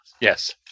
Yes